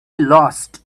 lost